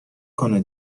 کنه